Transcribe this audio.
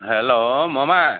hello মামা